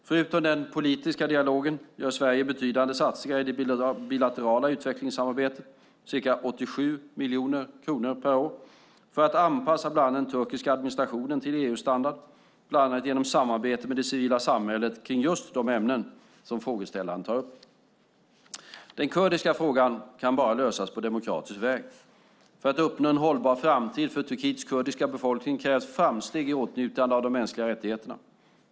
Förutom den politiska dialogen gör Sverige betydande satsningar i det bilaterala utvecklingssamarbetet - ca 87 miljoner kronor per år - för att anpassa bland annat den turkiska administrationen till EU-standard, bland annat genom samarbete med det civila samhället kring just de ämnen som frågeställaren tar upp. Den kurdiska frågan kan lösas bara på demokratisk väg. För att uppnå en hållbar framtid för Turkiets kurdiska befolkning krävs framsteg i åtnjutandet av de mänskliga rättigheterna.